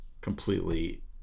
completely